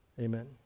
Amen